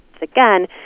again